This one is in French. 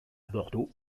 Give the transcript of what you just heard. bordeaux